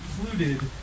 included